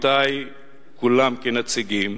ולעמיתי כולם, כנציגים,